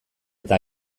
eta